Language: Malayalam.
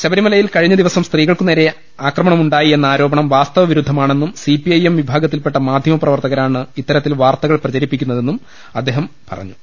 ശബരിമലയിൽ കഴിഞ്ഞ ദിവസം സ്ത്രീകൾ ക്കുനേരെ ആക്രമണം ഉണ്ടായി എന്ന ആരോപണം വാസ്തവ വിരുദ്ധമാ ണെന്നും സിപിഐഎം വിഭാഗത്തിൽപ്പെട്ട മാധ്യമപ്രവർത്തക രാണ് ഇത്തരത്തിൽ വാർത്തകൾ പ്രചരിപ്പിക്കുന്നതെന്നും അദ്ദേഹം പറഞ്ഞു